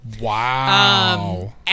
Wow